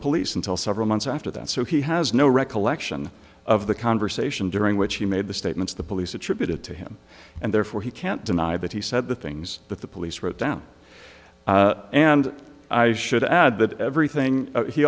police until several months after that so he has no recollection of the conversation during which he made the statements the police attributed to him and therefore he can't deny that he said the things that the police wrote down and i should add that everything he